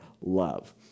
love